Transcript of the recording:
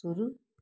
शुरू